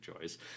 choice